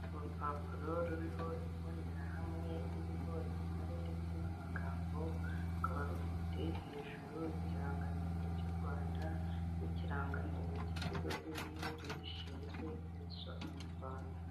Urupapuro ruriho imbonerahamwe iriho imibare ndetse n'amagambo rukaba rufite hejuru ikirangantego cy'u rwanda, n'ikirangantego k'ikigo k'igihugu gishinzwe imisoro mu Rwanda.